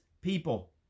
people